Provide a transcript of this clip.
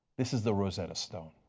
this is the rosetta stone.